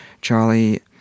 Charlie